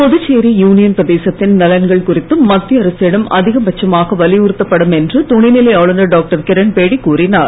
Puducherry union பிரதேசத்தின் நலன்கள் குறித்து மத்திய அரசிடம் அதிகபட்சமாக வலியுறுத்தப்படும் என்று துணைநிலை ஆளுநர் டாக்டர் கிரண்பேடி கூறினார்